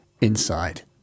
inside